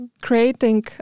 creating